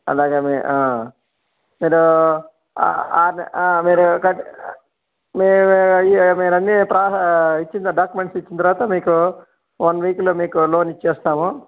అలాగ మీ మీరు మీరు ఆరు మీరు అన్నీ ప్రా ఇచ్చిన డాక్యూమెంట్స్ ఇచ్చిన తర్వాత మీకు వన్ వీక్లో మీకు లోన్ ఇస్తాము